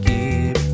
Keep